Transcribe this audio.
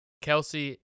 Kelsey